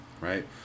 right